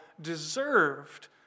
deserved